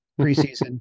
preseason